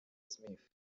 smith